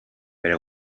bere